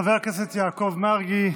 חבר הכנסת יעקב מרגי,